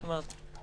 זאת אומרת,